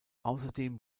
außerdem